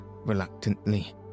Reluctantly